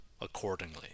accordingly